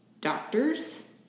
Doctors